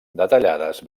detallades